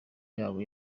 yabo